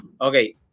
okay